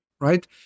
right